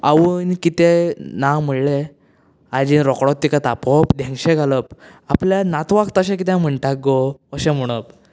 आवयन कितें ना म्हणले आजयेन रोकडोच तिका तापोवप धेंगशे घालप आपल्या नातवाक तशें कित्याक म्हणटा गो अशें म्हणप